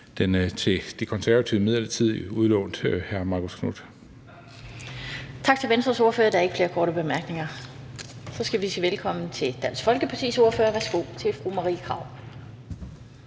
Den fg. formand (Annette Lind): Tak til Venstres ordfører. Der er ikke flere korte bemærkninger. Så skal vi sige velkommen til Dansk Folkepartis ordfører, værsgo til fru Marie Krarup.